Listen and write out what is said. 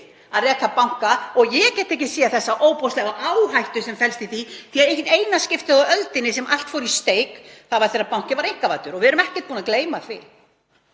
að reka banka. Ég get ekki séð þessa ofboðslegu áhættu sem felst í því, því að í eina skiptið á öldinni sem allt fór í steik var þegar bankinn var einkavæddur. Við erum ekki búin að gleyma því.